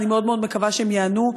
אני מאוד מאוד מקווה שהם ייענו,